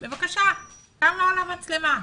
בבקשה, כמה עולה מצלמה?